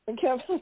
Kevin